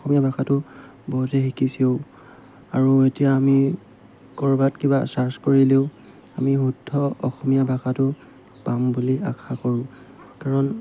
অসমীয়া ভাষাটো বহুতে শিকিছেও আৰু এতিয়া আমি ক'ৰবাত কিবা ছাৰ্চ কৰিলেও আমি শুদ্ধ অসমীয়া ভাষাটো পাম বুলি আশা কৰোঁ কাৰণ